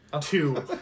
Two